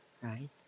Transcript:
right